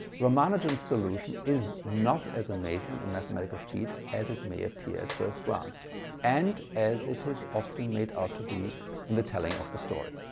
ramanujan's solution is not as amazing a mathematical feat as it may appear at first glance and as it is often made out to be in the telling of the story.